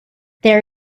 there